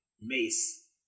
Mace